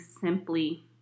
simply